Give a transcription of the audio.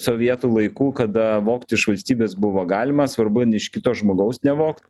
sovietų laikų kada vogti iš valstybės buvo galima svarbu ne iš kito žmogaus nevogt